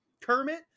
kermit